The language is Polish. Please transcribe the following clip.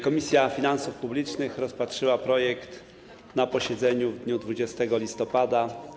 Komisja Finansów Publicznych rozpatrzyła projekt na posiedzeniu w dniu 20 listopada.